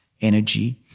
energy